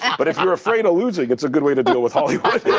and but if you're afraid of losing, it's a good way to deal with hollywood.